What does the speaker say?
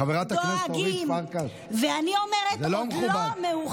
חברת הכנסת אורית פרקש, זה לא מכובד.